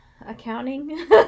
accounting